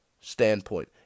standpoint